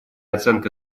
оценка